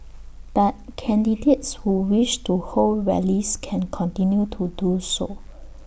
but candidates who wish to hold rallies can continue to do so